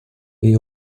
est